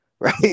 right